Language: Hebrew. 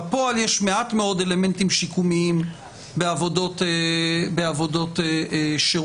בפועל יש כרגע מעט מאוד אלמנטים שיקומיים בעבודות שירות.